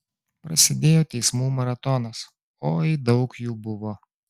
prasidėjo teismų maratonas oi daug jų buvo